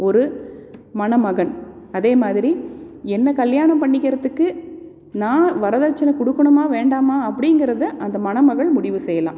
ஒரு மணமகன் அதே மாதிரி என்னை கல்யாணம் பண்ணிக்கிறதுக்கு நான் வரதட்சணை கொடுக்கணுமா வேண்டாமா அப்படிங்கறத அந்த மணமகள் முடிவு செய்யலாம்